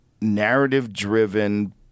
narrative-driven